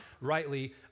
rightly